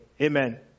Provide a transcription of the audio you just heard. Amen